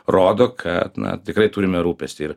rodo kad na tikrai turime rūpestį ir